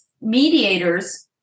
mediators